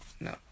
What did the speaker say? No